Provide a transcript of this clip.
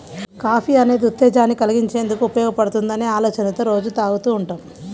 coffee అనేది ఉత్తేజాన్ని కల్గించేందుకు ఉపయోగపడుతుందనే ఆలోచనతో రోజూ తాగుతూ ఉంటాం